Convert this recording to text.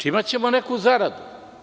Imaćemo neku zaradu.